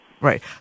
Right